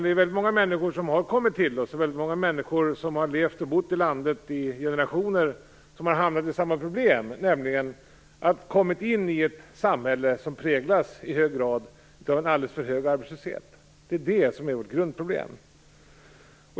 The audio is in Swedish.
Det är väldigt många människor som har kommit till oss och som har levt och bott i landet i generationer som har råkat ut för samma problem, nämligen att komma in i ett samhälle som i hög grad präglas av alldeles för hög arbetslöshet. Det är det som är vårt grundproblem.